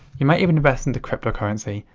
you might even invest into cryptocurrency,